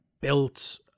built